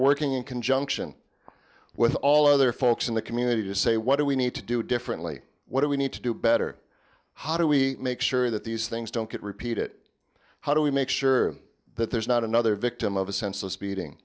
working in conjunction with all other folks in the community to say what do we need to do differently what do we need to do better how do we make sure that these things don't get repeat it how do we make sure that there's not another victim of a sense of speeding